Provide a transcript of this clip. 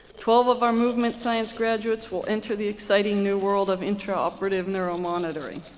twelve of our movement science graduates will enter the exciting new world of intraoperative neuromonitoring.